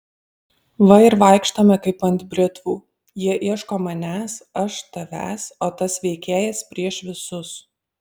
va ir vaikštome kaip ant britvų jie ieško manęs aš tavęs o tas veikėjas prieš visus